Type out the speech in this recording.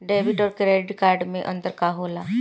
Debit और credit card मे अंतर का होला?